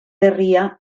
herria